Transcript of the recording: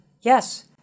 Yes